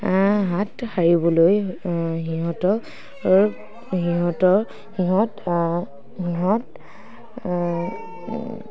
হাত সাৰিবলৈ সিহঁতক